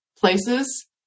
places